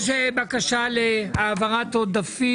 מבקש את זה לא להעביר,